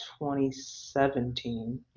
2017